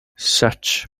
such